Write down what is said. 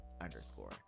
underscore